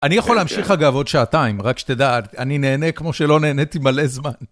אני יכול להמשיך אגב עוד שעתיים, רק שתדע, אני נהנה כמו שלא נהניתי מלא זמן.